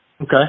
Okay